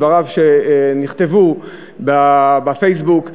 דבריו שנכתבו בפייסבוק,